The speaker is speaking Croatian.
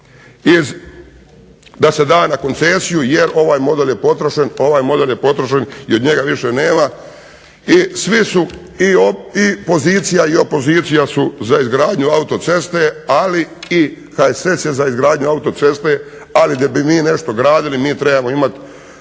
da se da na koncesiju jer ovaj model je potrošen i od njega više nema. I svi su i pozicija i opozicija su za izgradnju autoceste, ali i HSS je za izgradnju autoceste. Ali da bi mi nešto gradili mi trebamo imati